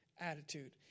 attitude